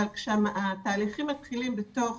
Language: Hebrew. אבל כשהתהליכים מתחילים בתוך